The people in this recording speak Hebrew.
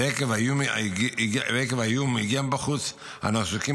ועקב האיום המגיע מבחוץ אנו עסוקים